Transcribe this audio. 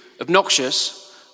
obnoxious